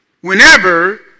whenever